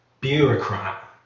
bureaucrat